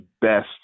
best